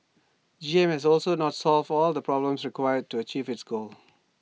G M has also not solved all the problems required to achieve its goal